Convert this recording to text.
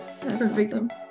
Perfect